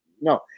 No